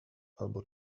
albo